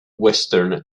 western